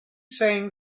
saying